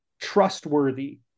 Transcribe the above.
trustworthy